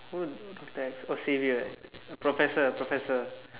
who that's oh saviour professor professor